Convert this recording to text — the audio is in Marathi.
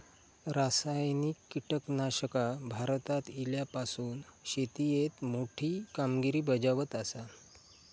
रासायनिक कीटकनाशका भारतात इल्यापासून शेतीएत मोठी कामगिरी बजावत आसा